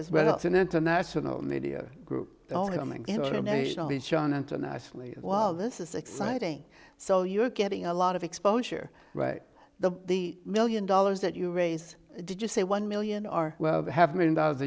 as well it's an international media group although many international is shown internationally while this is exciting so you're getting a lot of exposure right the million dollars that you raise did you say one million are well have million dollars a